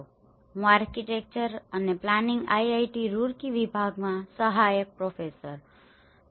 મારું નામ રામ સતીષ છે હું આર્કિટેક્ચર અને પ્લાનિંગ આઈઆઈટી રૂરકી વિભાગમાં સહાયક પ્રોફેસર છું